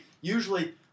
usually